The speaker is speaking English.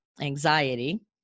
anxiety